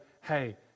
Hey